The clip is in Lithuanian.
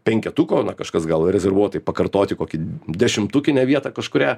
penketuko na kažkas gal rezervuotai pakartoti kokį dešimtukinę vietą kažkurią